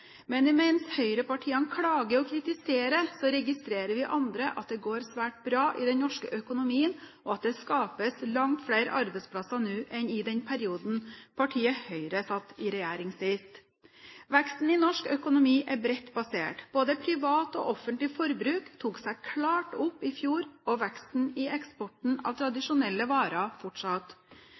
Men mens høyrepartiene klager og kritiserer, registrerer vi andre at det går svært bra i den norske økonomien, og at det skapes langt flere arbeidsplasser nå enn i den perioden partiet Høyre satt i regjering sist. Veksten i norsk økonomi er bredt basert. Både privat og offentlig forbruk tok seg klart opp i fjor, og veksten i eksporten av tradisjonelle varer